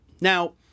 Now